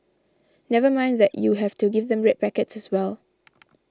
never mind that you have to give them red packets as well